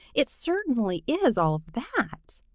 it certainly is all of that!